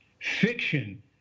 Fiction